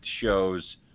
shows